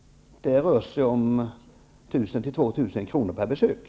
Det rör sig om mellan 1 000 och 2 000 kr. per besök.